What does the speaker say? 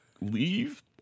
Leave